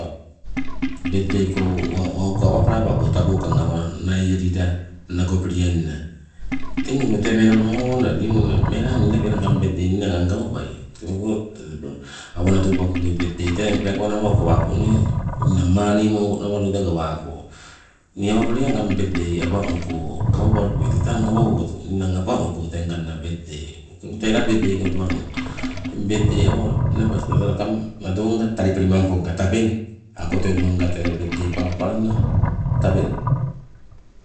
Bet dei koi wauka awa kalapago tabokang awa naielila nagopeliainna. Teng opong tee menabama awa owandawe ni lapi melang ngang bet dei lapi ninang aang gawabai tewago awo nadoi pagagoi tee peekawa nawa ukawako nee, ninang maani moko nawa loida gawako. Nii awago lea ngang bet dei abamoko, gawabalupe, tee tang awa owatu ninang abamoko tee nganna bet dei pagaloitai la bet dei gawabalung. Teng bet dei awa menabas tete lakang nadonga talipelimamponga tabeng, auka teukanga tee tei ule palapalana. Tabeng.